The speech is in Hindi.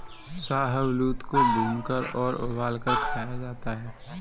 शाहबलूत को भूनकर और उबालकर खाया जाता है